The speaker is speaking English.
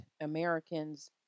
Americans